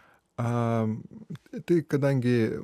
a tai kadangi